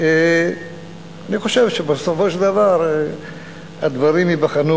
אני חושב שבסופו של דבר הדברים ייבחנו,